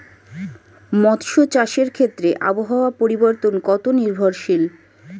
মৎস্য চাষের ক্ষেত্রে আবহাওয়া পরিবর্তন কত নির্ভরশীল?